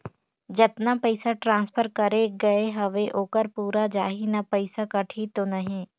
जतना पइसा ट्रांसफर करे गये हवे ओकर पूरा जाही न पइसा कटही तो नहीं?